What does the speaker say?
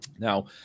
Now